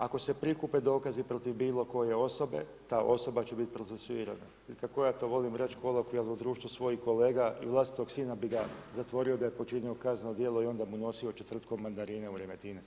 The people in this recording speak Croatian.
Ako se prikupe dokazi protiv bilo koje osobe, ta osoba će biti procesuirana ili kako ja to volim reći, kolokvijalno društvo svojih kolega i vlastitog sina bi ga zatvorio da je počinio kazneno djelo i onda mu nosio četvrtkom mandarine u Remetinec.